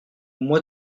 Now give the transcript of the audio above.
moi